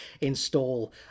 install